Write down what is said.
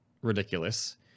ridiculous